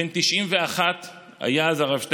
בן 91 היה אז הרב שטיינמן.